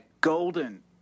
golden